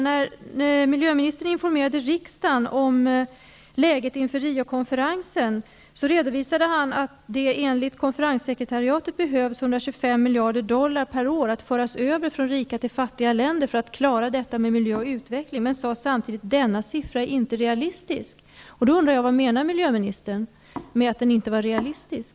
När miljömininstern informerade riksdagen om läget inför Riokonferensen, redovisade han att det enligt konferenssekretariatet 125 miljarder dollar per år att föras över från rika till fattiga länder för att klara detta med miljö och utveckling. Men han sade samtidigt: Denna siffra är inte realistisk. Då undrar jag: Vad menar miljömininstern med att den inte var realistisk?